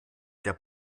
der